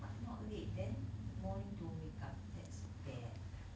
what not late then morning don't wake up that's bad